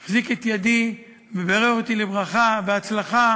הוא החזיק את ידי ובירך אותי לברכה והצלחה,